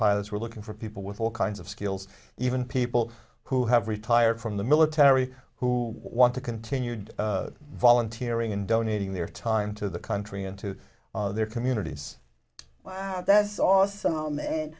pilots we're looking for people with all kinds of skills even people who have retired from the military who want to continue volunteering and donating their time to the country and to their communities wow that's awesome a